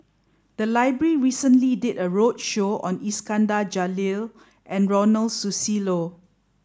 the library recently did a roadshow on Iskandar Jalil and Ronald Susilo